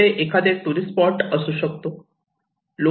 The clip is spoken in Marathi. ते एखादे टुरिस्ट स्पॉट असू शकतो